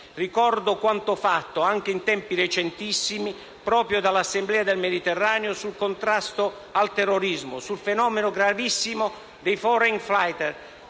Ricordo quanto fatto, anche in tempi recentissimi, proprio dall'Assemblea del Mediterraneo, sul contrasto al terrorismo, sul fenomeno gravissimo dei *foreign fighters*.